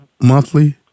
monthly